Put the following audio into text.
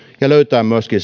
ja löytää myöskin